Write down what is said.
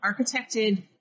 architected